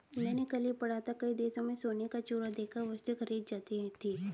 मैंने कल ही पढ़ा था कि कई देशों में सोने का चूरा देकर वस्तुएं खरीदी जाती थी